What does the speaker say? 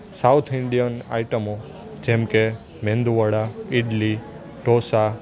south Indian આઇટમો જેમ કે મેંદુવડા ઇડલી ઢોંસા